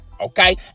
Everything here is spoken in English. okay